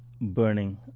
burning